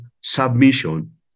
submission